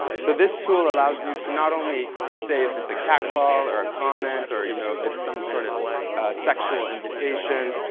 so this tool allows you to not only say if it's a cat call or a comment or, you know, if it's some sort of sexual invitation,